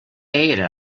era